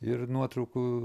ir nuotraukų